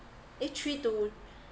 eh three to